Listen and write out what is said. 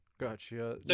Gotcha